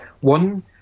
One